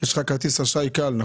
יש לך כרטיס אשראי כאל.